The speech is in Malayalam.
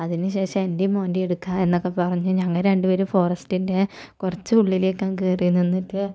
അതിനു ശേഷം എൻ്റെയും മോൻ്റെയും എടുക്കാം എന്നൊക്കെ പറഞ്ഞ് ഞങ്ങൾ രണ്ടു പേരും ഫോറസ്റ്റിൻ്റെ കുറച്ച് ഉള്ളിലേക്കങ്ങ് കേറി നിന്നിട്ട്